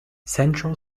central